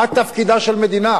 מה תפקידה של מדינה?